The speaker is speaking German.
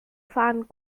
fahren